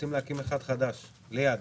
רוצים להקים אחד חדש, ליד.